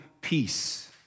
peace